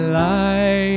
light